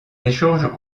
échanges